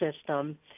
system